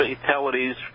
fatalities